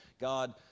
God